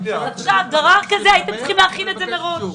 דבר כזה הייתם צריכים להכין מראש,